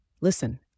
Listen